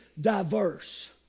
diverse